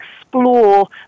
explore